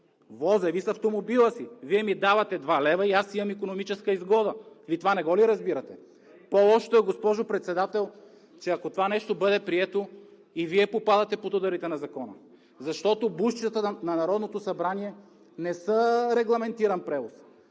Возя Ви с автомобила си. Вие ми давате два лева и аз имам икономическа изгода. Вие това не го ли разбирате?! По-лошото е, госпожо Председател, че ако това нещо бъде прието, и Вие попадате под ударите на закона. Защото бусчетата на Народното събрание не са регламентиран превоз.